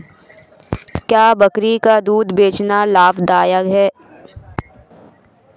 क्या बकरी का दूध बेचना लाभदायक है?